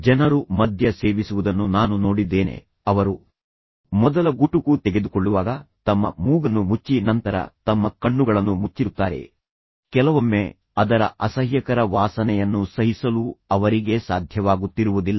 ಜನರು ಮದ್ಯ ಸೇವಿಸುವುದನ್ನು ನಾನು ನೋಡಿದ್ದೇನೆ ಅವರು ಅವರು ಮೊದಲ ಗುಟುಕು ತೆಗೆದುಕೊಳ್ಳುವಾಗ ತಮ್ಮ ಮೂಗನ್ನು ಮುಚ್ಚಿ ನಂತರ ತಮ್ಮ ಕಣ್ಣುಗಳನ್ನು ಮುಚ್ಚಿರುತ್ತಾರೆ ಕೆಲವೊಮ್ಮೆ ಅದರ ಅಸಹ್ಯಕರ ವಾಸನೆಯನ್ನು ಸಹಿಸಲೂ ಅವರಿಗೆ ಸಾಧ್ಯವಾಗುತ್ತಿರುವುದಿಲ್ಲ